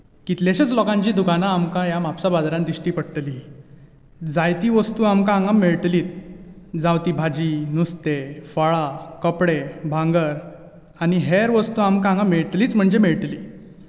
कितलेशेच लोकांची दुकांना आमकां ह्या म्हापसा बाजारांत दिश्टी पडटली जायती वस्तू आमकां हांगा मेळटलीच जावं ती भाजी नुस्तें फळां कपडे भांगर आनी हेर वस्तू आमकां हांगा मेळटलीच म्हणजे मेळटली